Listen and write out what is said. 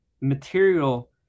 Material